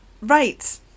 Right